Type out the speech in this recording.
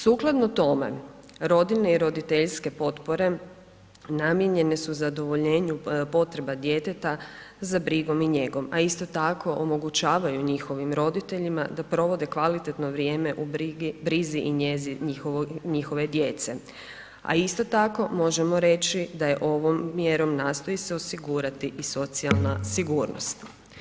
Sukladno tome, rodiljne i roditeljske potpore namijenjene su zadovoljenju potreba djeteta za brigom i njegom, a isto tako, omogućavaju njihovim roditeljima da provode kvalitetno vrijeme u brizi i njezi njihove djece, a isto tako možemo reći da je ovom mjerom nastoji se osigurati i socijalna sigurnost.